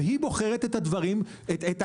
והיא בוחרת את הכבישים.